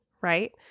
right